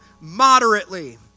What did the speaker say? moderately